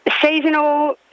Seasonal